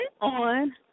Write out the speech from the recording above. on